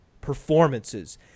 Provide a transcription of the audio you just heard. performances